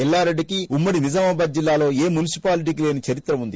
ఎల్లారెడ్డికి ఉమ్మడి నిజామాబాద్ జిల్లాలో ఏ మున్సిపాలిటీకి లేని చరిత్ర వుంది